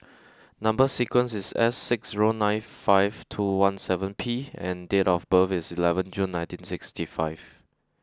number sequence is S six zero nine five two one seven P and date of birth is eleventh June nineteen sixty five